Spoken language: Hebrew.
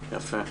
יפה.